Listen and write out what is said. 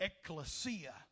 ecclesia